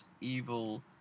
evil